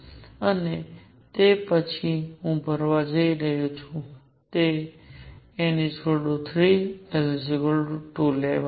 અને તે પછી હું ભરવા જઈ રહ્યો છું n 3 l 2 લેવલ